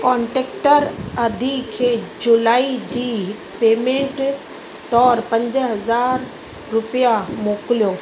contractor अदी खे जुलाई जी पेमेंट तौरु पंज हज़ार रुपया मोकिलियो